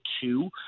two